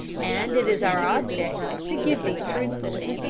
and it is our object to give these truthfully.